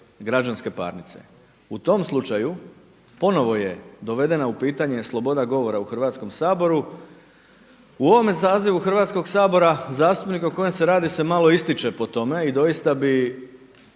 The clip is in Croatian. U tom slučaju ponovo je dovedena u pitanje sloboda govora u Hrvatskom saboru u ovome sazivu Hrvatskog sabora zastupnika o kojem se radi se malo ističe po tome i doista bi